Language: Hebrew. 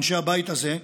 אנשי הבית הזה,